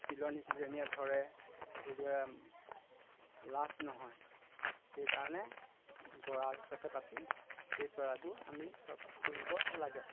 চিলনী টিলনীয়ে ধৰে লাভ নহয় সেইকাৰণে গঁৰাল হিচাপে পাতি সেই চৰাইবোৰ আমি পুহিব লাগে